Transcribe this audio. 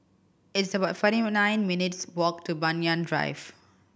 it's about forty nine minutes' walk to Banyan Drive